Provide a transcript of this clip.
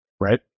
right